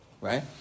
right